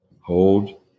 Hold